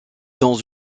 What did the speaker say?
dans